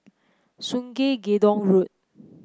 Sungei Gedong Road